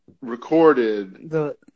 recorded